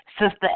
Sister